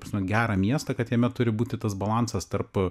ta prasme gerą miestą kad jame turi būti tas balansas tarp